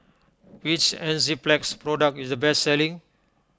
which Enzyplex product is the best selling